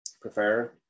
prefer